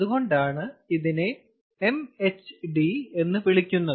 അതുകൊണ്ടാണ് ഇതിനെ MHD എന്ന് വിളിക്കുന്നത്